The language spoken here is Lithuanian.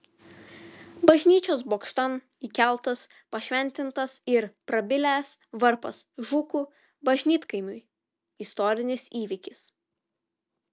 bažnyčios bokštan įkeltas pašventintas ir prabilęs varpas žukų bažnytkaimiui istorinis įvykis